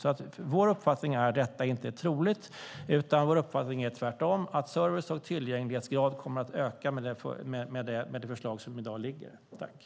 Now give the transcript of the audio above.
Det är vår uppfattning att detta inte är troligt, utan vår uppfattning är tvärtom att service och tillgänglighetsgrad kommer att öka med det förslag som finns i dag.